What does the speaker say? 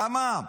למה?